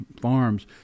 farms